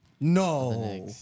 no